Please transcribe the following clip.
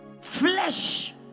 flesh